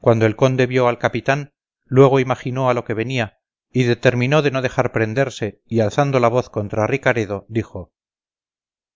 cuando el conde vio al capitán luego imaginó a lo que venía y determinó de no dejar prenderse y alzando la voz contra ricaredo dijo